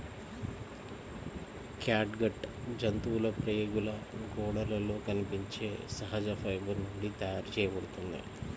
catgut జంతువుల ప్రేగుల గోడలలో కనిపించే సహజ ఫైబర్ నుండి తయారు చేయబడుతుంది